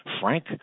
Frank